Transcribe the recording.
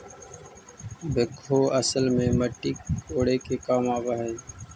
backhoe असल में मट्टी कोड़े के काम आवऽ हई